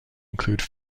include